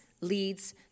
leads